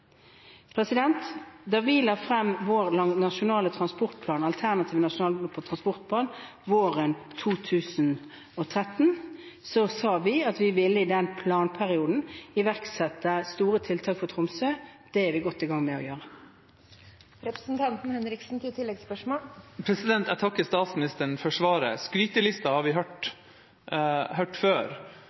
Da vi la frem vår alternative nasjonale transportplan våren 2013, sa vi at vi i den planperioden ville iverksette store tiltak for Tromsø. Det er vi godt i gang med å gjøre. Jeg takker statsministeren for svaret. Skrytelista har vi hørt før.